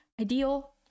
ideal